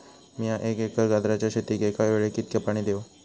मीया एक एकर गाजराच्या शेतीक एका वेळेक कितक्या पाणी देव?